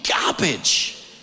garbage